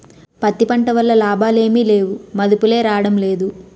పత్తి పంట వల్ల లాభాలేమి లేవుమదుపులే రాడంలేదు